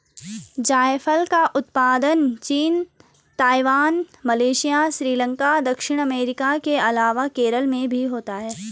जायफल का उत्पादन चीन, ताइवान, मलेशिया, श्रीलंका, दक्षिण अमेरिका के अलावा केरल में भी होता है